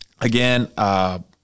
Again